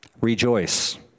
rejoice